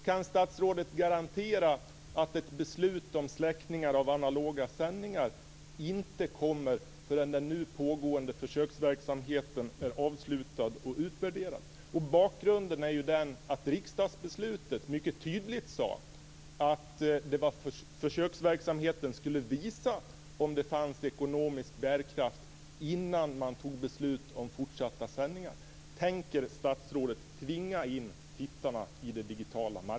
Kan statsrådet garantera att ett beslut om släckning av analoga sändningar inte kommer förrän den nu pågående försöksverksamheten är avslutad och utvärderad? Bakgrunden är att det i riksdagsbeslutet mycket tydligt sades att försöksverksamheten skulle visa om det fanns en ekonomisk bärkraft innan man skulle fatta beslut om fortsatta sändningar.